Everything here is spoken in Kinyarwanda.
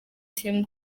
team